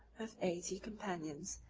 with eighty companions,